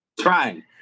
trying